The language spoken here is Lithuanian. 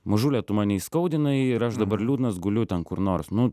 mažule tu mane įskaudinai ir aš dabar liūdnas guliu ten kur nors nu